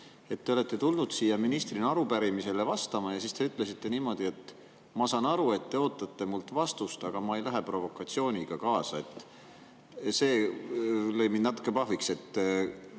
Te olete tulnud siia ministrina arupärimisele vastama ja te ütlesite niimoodi: "Ma saan aru, et te ootate mult vastust, aga ma ei lähe provokatsiooniga kaasa." See lõi mind natuke pahviks.